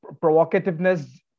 provocativeness